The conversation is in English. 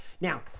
Now